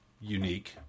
unique